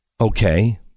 Okay